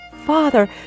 Father